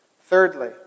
Thirdly